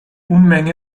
unmenge